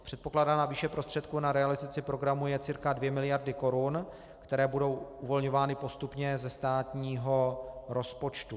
Předpokládaná výše prostředků na realizaci programu je cca 2 miliardy korun, které budou uvolňovány postupně ze státního rozpočtu.